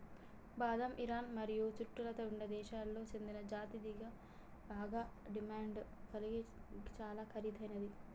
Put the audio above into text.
బాదం ఇరాన్ మరియు చుట్టుతా ఉండే దేశాలకు సేందిన జాతి గిది బాగ డిమాండ్ గలిగి చాలా ఖరీదైనది